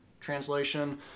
translation